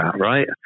right